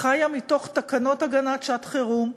חיה מתוך תקנות הגנת שעת-חירום,